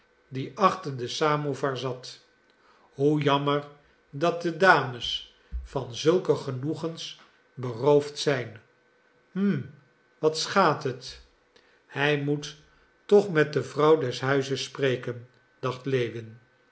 die achter den samowar zat hoe jammer dat de dames van zulke genoegens beroofd zijn hm wat schaadt het hij moet toch met de vrouw des huizes spreken dacht